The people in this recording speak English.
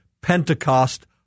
Pentecost